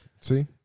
See